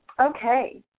Okay